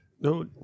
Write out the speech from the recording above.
No